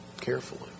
carefully